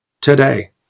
today